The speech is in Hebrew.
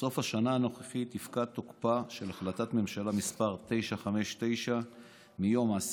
בסוף השנה הנוכחית יפקע תוקפה של החלטת ממשלה מס' 959 מיום 10